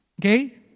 Okay